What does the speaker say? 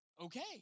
Okay